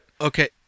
Okay